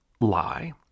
lie